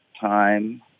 time